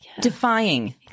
Defying